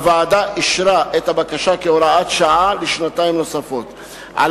הוועדה אישרה את הבקשה כהוראת שעה לשנתיים נוספות על